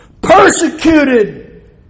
Persecuted